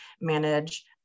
manage